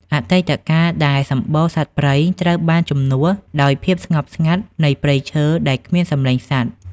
អតីតកាលដែលសំបូរសត្វព្រៃត្រូវបានជំនួសដោយភាពស្ងប់ស្ងាត់នៃព្រៃឈើដែលគ្មានសំឡេងសត្វ។